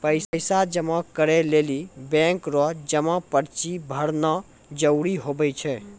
पैसा जमा करै लेली बैंक रो जमा पर्ची भरना जरूरी हुवै छै